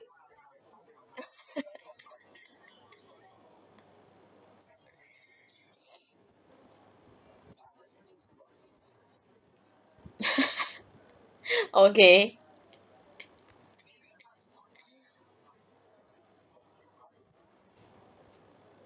okay